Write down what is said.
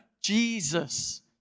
Jesus